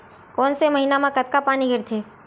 कोन से महीना म कतका पानी गिरथे?